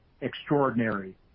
extraordinary